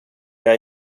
jag